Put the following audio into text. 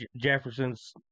Jefferson's